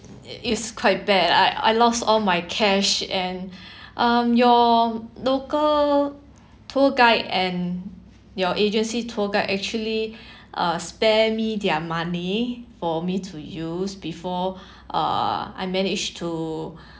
it's quite bad I I lost all my cash and um your local tour guide and your agency tour guide actually uh spare me their money for me to use before uh I managed to